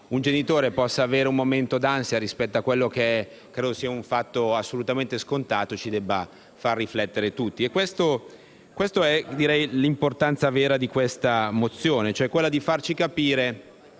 un genitore possa avere un momento di ansia rispetto a quanto credo sia un fatto assolutamente scontato ci deve far riflettere tutti. È qui l'importanza vera di questa mozione: farci capire